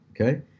okay